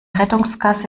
rettungsgasse